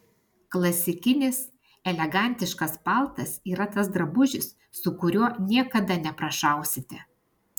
klasikinis elegantiškas paltas yra tas drabužis su kuriuo niekada neprašausite